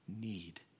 need